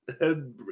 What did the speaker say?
head